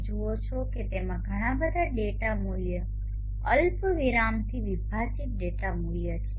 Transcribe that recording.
તમે જુઓ છો કે તેમાં ઘણા બધા ડેટા મૂલ્યો અલ્પવિરામથી વિભાજિત ડેટા મૂલ્યો છે